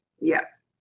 yes